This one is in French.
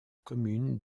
commune